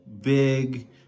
Big